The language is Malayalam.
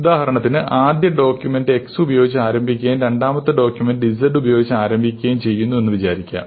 ഉദാഹരണത്തിന് ആദ്യത്തെ ഡോക്യൂമെന്റ് x ഉപയോഗിച്ച് ആരംഭിക്കുകയും രണ്ടാമത്തെ ഡോക്യൂമെന്റു z ഉപയോഗിച്ച് ആരംഭിക്കുകയും ചെയ്യുന്നു എന്ന് വിചാരിക്കുക